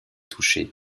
touchée